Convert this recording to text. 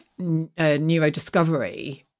neurodiscovery